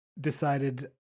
decided